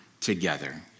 together